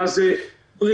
מה זה ביוב ברשות,